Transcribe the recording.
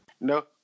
No